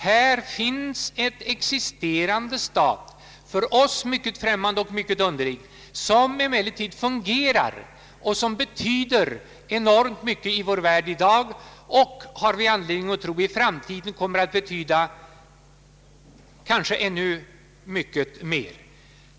Här finns en existerande stat, för oss mycket främmande och underlig, som emellertid fungerar och som betyder oerhört mycket i vår värld i dag och, det har vi anledning tro, i framtiden kanske kommer att betyda ännu mer.